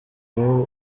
aho